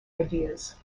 ideas